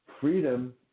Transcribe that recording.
Freedom